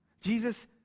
Jesus